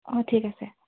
অঁ ঠিক আছে